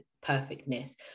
perfectness